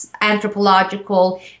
anthropological